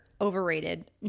overrated